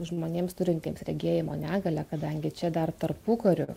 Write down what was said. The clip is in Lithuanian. žmonėms turintiems regėjimo negalią kadangi čia dar tarpukariu